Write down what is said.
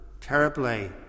terribly